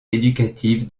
éducative